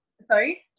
Sorry